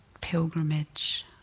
pilgrimage